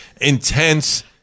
intense